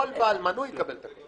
כל בעל מנוי יקבל את הקוד.